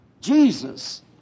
Jesus